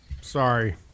Sorry